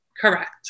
Correct